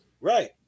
right